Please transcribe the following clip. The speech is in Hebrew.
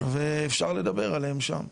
ואפשר לדבר עליהם שם.